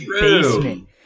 basement